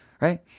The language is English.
right